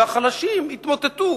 והחלשים יתמוטטו,